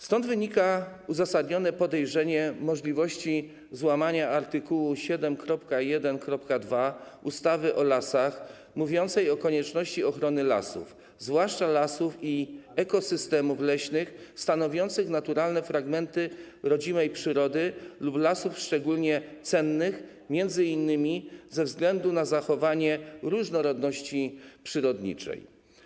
Stąd wynika uzasadnione podejrzenie możliwości złamania przepisu art. 7 ust. 1 pkt 2 ustawy o lasach, mówiącego o konieczności ochrony lasów, zwłaszcza lasów i ekosystemów leśny stanowiących naturalne fragmenty rodzimej przyrody lub lasów szczególnie cennych, m.in. ze względu na zachowanie różnorodności przyrodniczej.